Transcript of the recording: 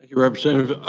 yeah representative.